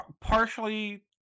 partially